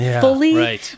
fully